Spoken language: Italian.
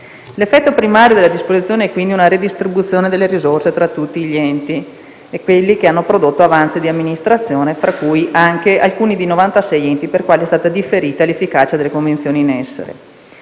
L'effetto primario della disposizione è quindi una redistribuzione delle risorse tra tutti gli enti che hanno prodotto avanzi di amministrazione. Tra di essi vi sono anche alcuni dei 96 enti per i quali è stata differita l'efficacia delle convenzioni in essere.